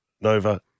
Nova